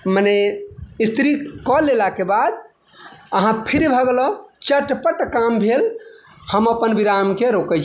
मने इस्त्री कऽ लेला के बाद अहाँ फ्री भऽ गेलहुॅं चटपट काम भेल हम अपन विराम के रोकै